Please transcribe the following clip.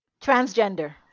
Transgender